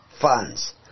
funds